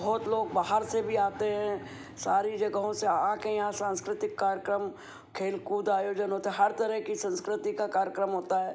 बहुत लोग बाहर से भी आते हैं सारी जगहों से आके यहाँ सांस्कृतिक कार्यक्रम खेल कूद आयोजन होता है हर तरह की संस्कृति का कार्यक्रम होता है